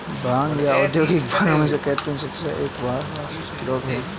भांग या औद्योगिक भांग कैनबिस सैटिवा किस्मों का एक वानस्पतिक वर्ग है